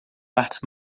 artes